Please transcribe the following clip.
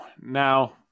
now